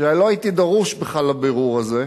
ולא הייתי דרוש בכלל לבירור הזה,